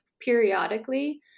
periodically